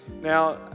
Now